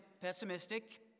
pessimistic